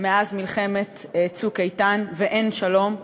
מאז מלחמת "צוק איתן" ואין שלום,